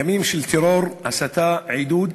ימים של טרור, הסתה, עידוד,